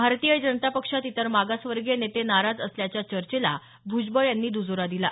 भारतीय जनता पक्षात इतर मागासवर्गीय नेते नाराज असल्याच्या चर्चेला भ्जबळ यांनी दुजोरा दिला